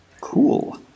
Cool